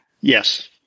yes